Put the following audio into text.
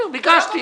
בסדר, ביקשתי.